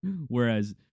Whereas